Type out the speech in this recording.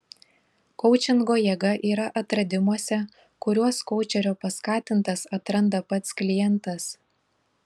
koučingo jėga yra atradimuose kuriuos koučerio paskatintas atranda pats klientas